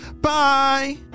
Bye